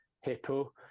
hippo